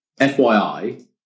FYI